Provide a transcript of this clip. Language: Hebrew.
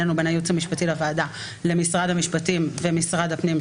הייעוץ המשפטי לוועדה למשרד המשפטים ומשרד הפנים,